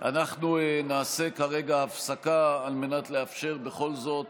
אנחנו נעשה כרגע הפסקה על מנת לאפשר בכל זאת